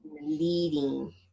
leading